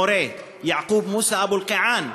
מורה, יעקוב מוסא אבו אלקיעאן,